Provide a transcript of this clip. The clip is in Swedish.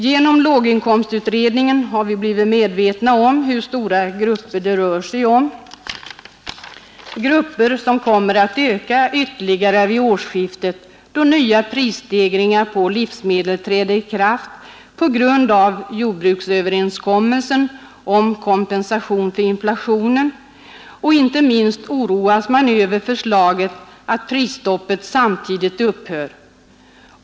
Genom låginkomstutredningen har vi blivit medvetna om hur stora de grupper är som inte har möjlighet härtill, grupper som kommer att öka ytterligare vid årsskiftet, då nya prisstegringar på livsmedel träder i kraft på grund av jordbruksöverenskommelsen om kompensation för inflationen. Inte minst oroas man över förslaget att prisstoppet samtidigt skall upphöra.